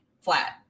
flat